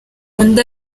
undi